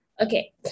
Okay